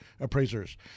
appraisers